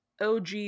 OG